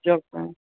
જોકમાં